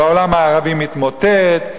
והעולם הערבי מתמוטט,